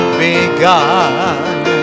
begun